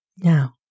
Now